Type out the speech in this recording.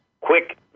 quick